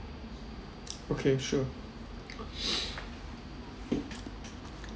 okay sure